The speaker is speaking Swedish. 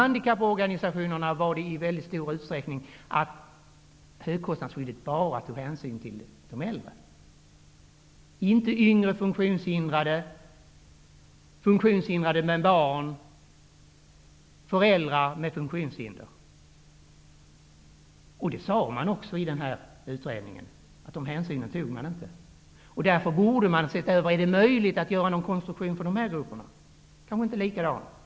Handikapporganisationerna menade att högkostnadsskyddet bara tog hänsyn till de äldre, inte till yngre funktionshindrade, funktionshindrade med barn och föräldrar med funktionshinder. Det påpekades också i utredningen att man inte tog hänsyn till dem. Man borde därför ha undersökt om det är möjligt att göra någon konstruktion för de grupperna. Kanske behöver den inte vara likadan.